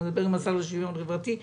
דיברתי עם השר לשוויון חברתי,